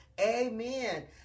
Amen